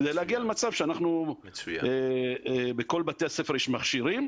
כדי להגיע למצב שבכל בתי הספר יש מכשירים.